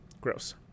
gross